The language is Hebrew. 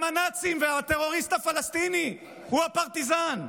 הם הנאצים, והטרוריסט הפלסטיני הוא הפרטיזן.